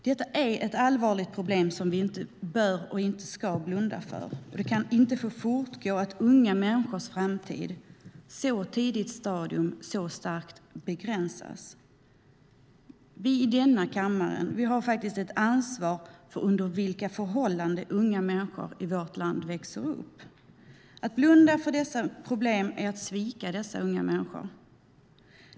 Detta är ett allvarligt problem som vi inte ska blunda för. Det kan inte få fortgå att unga människors framtid i ett så tidigt stadium så starkt begränsas. Vi i denna kammare har faktiskt ett ansvar för under vilka förhållanden unga människor i vårt land växer upp. Att blunda för dessa problem är att svika dessa unga människor.